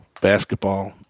basketball